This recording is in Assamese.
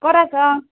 ক'ত আছ'